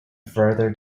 further